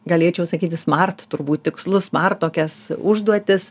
galėčiau sakyti smart turbūt tikslus smart tokias užduotis